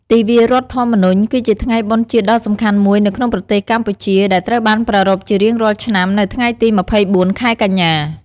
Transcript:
ទិវារដ្ឋធម្មនុញ្ញ គឺជាថ្ងៃបុណ្យជាតិដ៏សំខាន់មួយនៅក្នុងប្រទេសកម្ពុជា ដែលត្រូវបានប្រារព្ធជារៀងរាល់ឆ្នាំនៅថ្ងៃទី ២៤ ខែកញ្ញា។